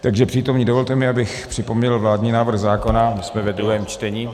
Takže přítomní, dovolte mi, abych připomněl vládní návrh zákona, jsme ve druhém čtení.